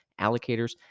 allocators